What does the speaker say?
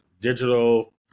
digital